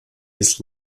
his